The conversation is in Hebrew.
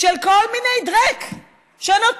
של כל מיני דרעק שנותרו,